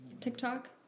tiktok